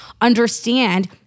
understand